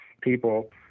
people